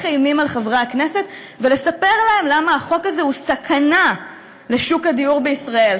אימים על חברי הכנסת ולספר להם למה החוק הזה הוא סכנה לשוק הדיור בישראל.